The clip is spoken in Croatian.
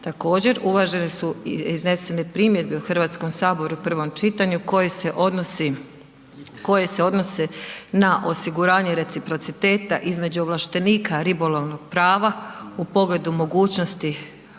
Također, uvažene su iznesene primjedbe u Hrvatskom saboru u prvom čitanju koje se odnose na osiguranje reciprociteta između ovlaštenika ribolovnog prava u pogledu mogućnosti